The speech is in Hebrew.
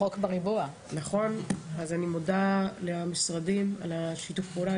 אני מודה למשרדים על שיתוף הפעולה.